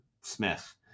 Smith